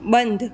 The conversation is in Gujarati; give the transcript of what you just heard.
બંધ